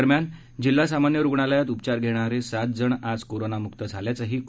दरम्यान जिल्हा सामान्य रुग्णालयात उपचार घेणारे सात जण आज कोरोनामुक्त झाल्याचं डॉ